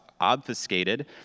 obfuscated